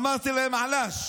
אמרתי להם: עלאש,